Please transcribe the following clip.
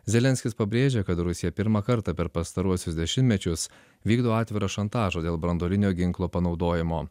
zelenskis pabrėžė kad rusija pirmą kartą per pastaruosius dešimtmečius vykdo atvirą šantažą dėl branduolinio ginklo panaudojimo